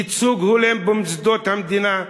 ייצוג הולם במוסדות המדינה,